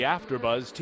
Afterbuzz